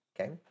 okay